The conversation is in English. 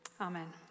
Amen